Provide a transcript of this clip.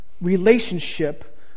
relationship